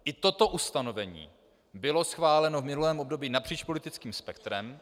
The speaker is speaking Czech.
I toto ustanovení bylo schváleno v minulém období napříč politickým spektrem.